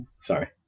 sorry